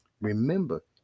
Remember